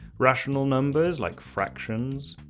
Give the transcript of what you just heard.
rational numbers like fractions,